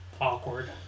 awkward